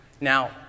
Now